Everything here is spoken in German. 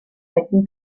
retten